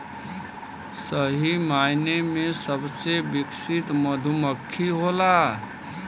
सही मायने में सबसे विकसित मधुमक्खी होला